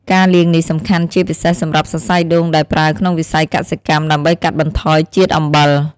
ការលាងនេះសំខាន់ជាពិសេសសម្រាប់សរសៃដូងដែលប្រើក្នុងវិស័យកសិកម្ម ដើម្បីកាត់បន្ថយជាតិអំបិល។